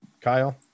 Kyle